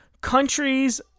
countries